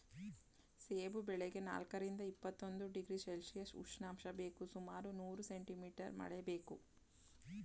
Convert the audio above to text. ಸೇಬು ಬೆಳೆಗೆ ನಾಲ್ಕರಿಂದ ಇಪ್ಪತ್ತೊಂದು ಡಿಗ್ರಿ ಸೆಲ್ಶಿಯಸ್ ಉಷ್ಣಾಂಶ ಬೇಕು ಸುಮಾರು ನೂರು ಸೆಂಟಿ ಮೀಟರ್ ಮಳೆ ಬೇಕು